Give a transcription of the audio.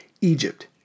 Egypt